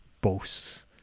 boasts